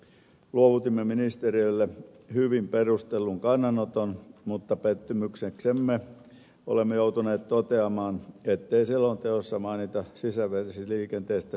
luovutimme ministeriölle hyvin perustellun kannanoton mutta pettymykseksemme olemme joutuneet toteamaan ettei selonteossa mainita sisävesiliikenteestä sanaakaan